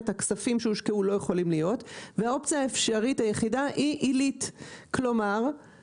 זה אפשרי כי זה צריך להיות עילי, זה